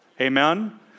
Amen